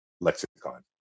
lexicon